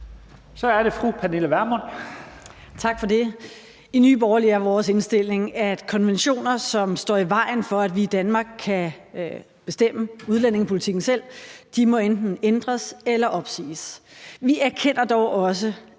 Kl. 14:53 Pernille Vermund (NB): Tak for det. I Nye Borgerlige er vores indstilling, at konventioner, som står i vejen for, at vi i Danmark kan bestemme udlændingepolitikken selv, enten må ændres eller opsiges. Vi erkender dog også,